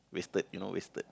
wasted you know wasted